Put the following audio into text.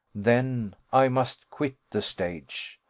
then i must quit the stage.